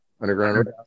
underground